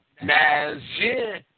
Nazir